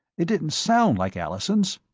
it didn't sound like allison's.